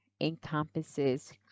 encompasses